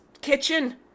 kitchen